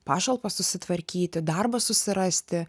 pašalpą susitvarkyti darbą susirasti